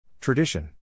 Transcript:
Tradition